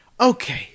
Okay